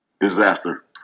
Disaster